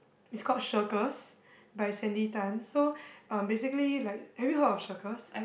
is called Shirkers by Sandy-Tan so um basically like have you heard of Shirkers